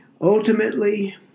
Ultimately